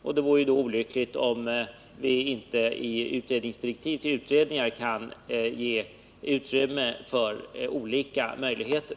Då vore det olyckligt, om vi inte i direktiv till utredningar kunde ge utrymme för olika möjligheter.